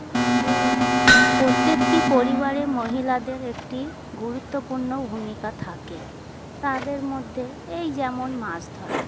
প্রত্যেকটি পরিবারে মহিলাদের একটি গুরুত্বপূর্ণ ভূমিকা থাকে তাদের মধ্যে এই যেমন মাছ ধরা